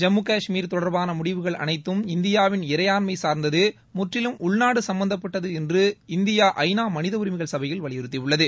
ஜம்மு கஷ்மீர் தொடர்பான முடிவுகள் அனைத்தும் இந்தியாவின் இறையாண்மை சார்ந்தது முற்றிலும் உள்நாடு சம்பந்தப்பட்டது என்று இந்தியா ஐ நா மனித உரிமைகள் சபையில் வலியுறுத்தியுள்ளது